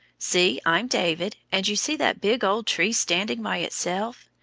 see, i'm david, and you see that big old tree standing by itself?